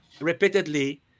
repeatedly